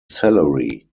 salary